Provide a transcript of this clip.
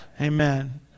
Amen